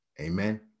amen